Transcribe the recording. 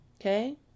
Okay